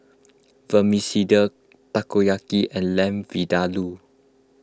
Vermicelli Takoyaki and Lamb Vindaloo